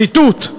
ציטוט,